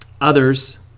Others